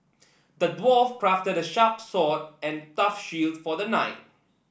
the dwarf crafted a sharp sword and a tough shield for the knight